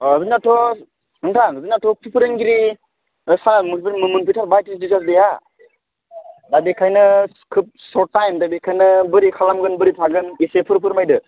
अ जोंनाथ' नोंथां जोंनाथ' फोरोंगिरि साना मोनफैथारबाय टिचार्स देआ दा बेखायनो खोब सर्ट टाइम दा बेनिखायनो बोरै खालामगोन बोरै थागोन इसेफोर फोरमायदो